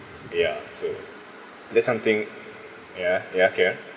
ya so that's something ya ya okay ah